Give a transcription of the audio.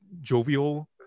jovial